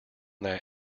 that